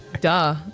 Duh